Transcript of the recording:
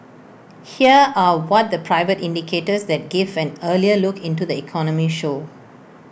here are what the private indicators that give an earlier look into the economy show